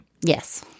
Yes